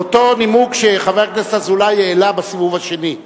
מאותו נימוק שחבר הכנסת אזולאי העלה בסיבוב השני,